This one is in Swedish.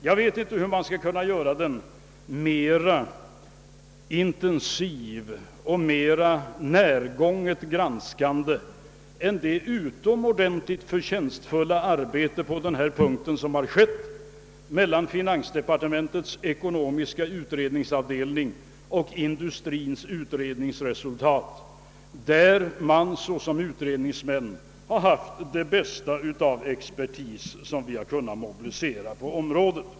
Jag vet inte hur vi skall kunna göra dem mera intensiva och mera närgånget granskande än i det utomordentligt förtjänstfulla arbete på den punkten, som har utförts inom finansdepartementets ekonomis ka utredningsavdelning och Industrins utredningsinstitut, där man såsom utredningsmän har haft den bästa expertis som har kunnat mobiliseras på området.